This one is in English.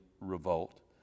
revolt